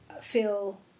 feel